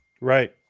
Right